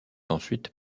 ensuite